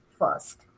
first